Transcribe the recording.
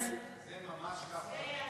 זה ממש ככה.